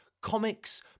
comics